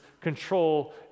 control